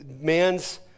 man's